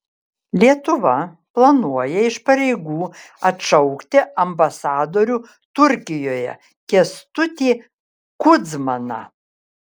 lietuva planuoja iš pareigų atšaukti ambasadorių turkijoje kęstutį kudzmaną